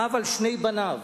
אב עם שני בניו